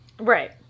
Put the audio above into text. Right